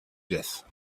death